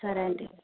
సరే అండి